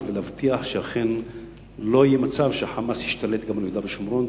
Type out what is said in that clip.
ולהבטיח שאכן לא יהיה מצב שה"חמאס" ישתלט גם על יהודה ושומרון,